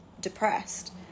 depressed